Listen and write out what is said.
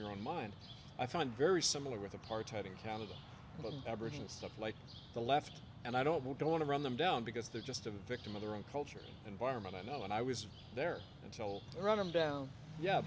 your own mind i find very similar with apartheid in canada the aborigines stuff like the left and i don't know don't want to run them down because they're just a victim of their own cultural environment i know and i was there until run them down yeah